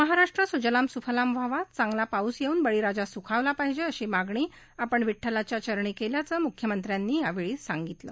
महाराष्ट्र सुजलाम सुफलाम व्हावा चांगला पाऊस येऊन बळी राजा सुखावला पाहिजे अशी मागणी आपण विड्डलाच्या चरणी केल्याचं मुख्यमंत्र्यांनी यावेळी सांगितलं